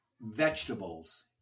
vegetables